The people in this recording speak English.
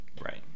Right